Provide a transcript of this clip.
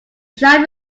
shop